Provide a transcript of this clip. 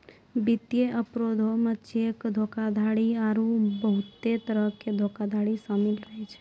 वित्तीय अपराधो मे चेक धोखाधड़ी आरु बहुते तरहो के धोखाधड़ी शामिल रहै छै